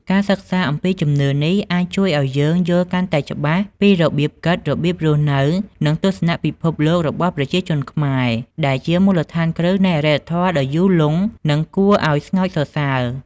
ការសិក្សាអំពីជំនឿនេះអាចជួយឲ្យយើងយល់កាន់តែច្បាស់ពីរបៀបគិត របៀបរស់នៅ និង ទស្សនៈពិភពលោក របស់ប្រជាជនខ្មែរ ដែលជាមូលដ្ឋានគ្រឹះនៃអរិយធម៌ដ៏យូរលង់ និងគួរឲ្យស្ងើចសរសើរ។